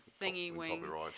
thingy-wing